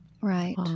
Right